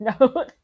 No